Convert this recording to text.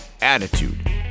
Attitude